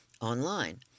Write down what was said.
online